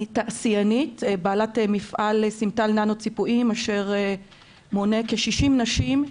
אני תעשיינית בעלת מפעל טל נאנו ציפויים אשר מונה כ-60 נשים,